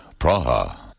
Praha